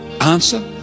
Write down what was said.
Answer